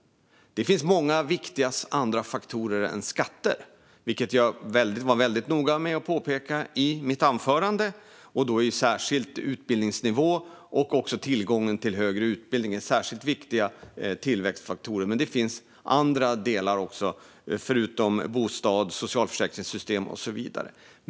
Det finns många andra viktiga faktorer än skatter, vilket jag var väldigt noga med att påpeka i mitt anförande. Särskilt utbildningsnivå och tillgången till högre utbildning är viktiga tillväxtfaktorer, men det finns även andra delar som bostäder, socialförsäkringssystem och så vidare.